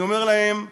אני אומר להם: